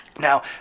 Now